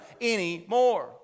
anymore